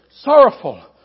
sorrowful